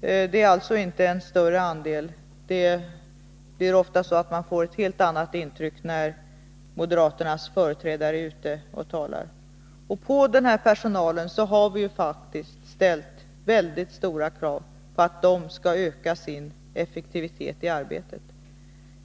Den andelen är alltså inte större. Man får ofta ett helt annat intryck när moderaternas företrädare är ute och talar. Och på dessa människor har vi faktiskt ställt mycket stora krav på att de skall öka sin effektivitet i arbetet.